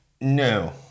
no